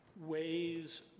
ways